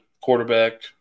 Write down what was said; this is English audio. quarterback